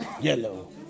Yellow